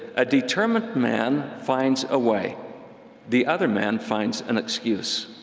a determined man finds a way the other man finds an excuse.